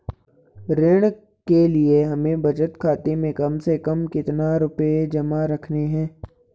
ऋण के लिए हमें बचत खाते में कम से कम कितना रुपये जमा रखने हैं?